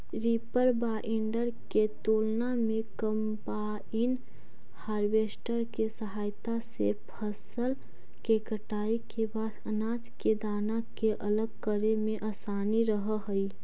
reaper binder के तुलना में कम्बाइन हार्वेस्टर के सहायता से फसल के कटाई के बाद अनाज के दाना के अलग करे में असानी रहऽ हई